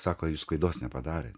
sako jūs klaidos nepadarėt